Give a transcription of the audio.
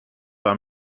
war